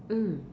mm